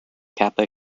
kappa